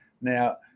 now